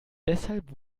deshalb